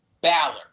Balor